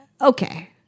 Okay